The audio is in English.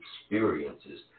experiences